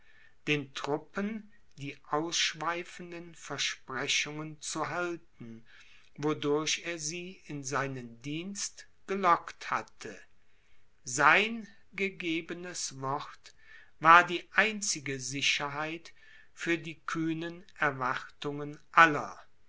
den truppen die ausschweifenden versprechungen zu halten wodurch er sie in seinen dienst gelockt hatte sein gegebenes wort war die einzige sicherheit für die kühnen erwartungen aller